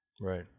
Right